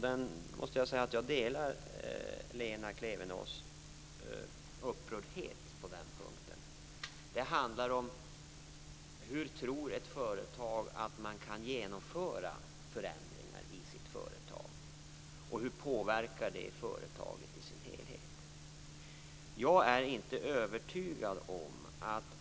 Den andra fråga handlar om hur ett företag tror att man kan genomföra förändringar i sitt företag och hur det påverkar företaget i dess helhet. På den punkten delar jag Lena Klevenås upprördhet.